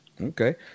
Okay